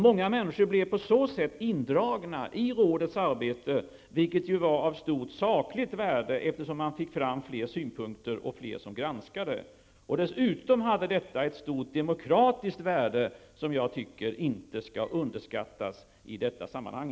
Många människor blev på så sätt indragna i rådets arbete, vilket var av stort sakligt värde, eftersom man på det sättet fick fram fler synpunkter och fler som granskade. Dessutom hade detta ett stort demokratiskt värde, som enligt min uppfattning inte skall underskattas i detta sammanhang.